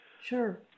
sure